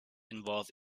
involved